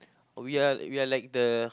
we're we're like the